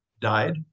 died